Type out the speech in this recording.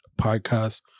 podcast